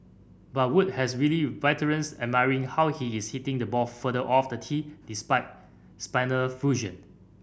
but Wood has wily veterans admiring how he is hitting the ball further off the tee despite spinal fusion